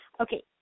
Okay